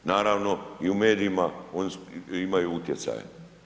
Naravno i u medijima oni imaju utjecaja.